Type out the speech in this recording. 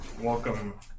Welcome